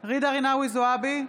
ג'ידא רינאוי זועבי,